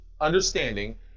understanding